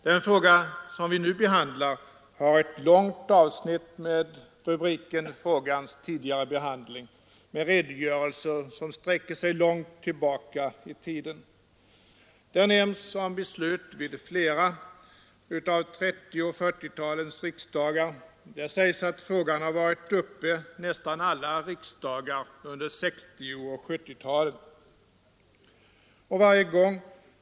Det betänkande som vi nu diskuterar har ett långt avsnitt med rubriken Frågans tidigare behandling, med redogörelser som sträcker sig långt tillbaka i tiden. Där nämns beslut vid flera av 1930 och 1940-talens riksdagar, där sägs att frågan har varit uppe till behandling vid nästan alla riksdagar under 1960 och 1970-talen.